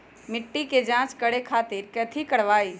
मिट्टी के जाँच करे खातिर कैथी करवाई?